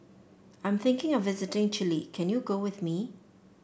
I am thinking of visiting Chile can you go with me